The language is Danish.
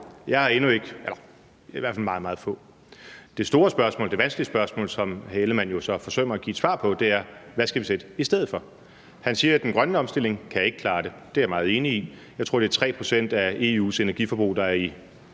Jeg har endnu ikke mødt nogen – det er i hvert fald meget, meget få. Det store spørgsmål, det vanskelige spørgsmål, som hr. Jakob Ellemann-Jensen jo så forsømmer at give et svar på, er: Hvad skal vi sætte i stedet? Han siger, at den grønne omstilling ikke kan klare det. Det er jeg meget enig i. Jeg tror, det er 3 pct. af EU's energiforbrug, der i